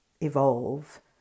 evolve